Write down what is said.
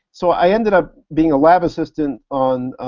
so i ended up being a lab assistant on